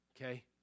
okay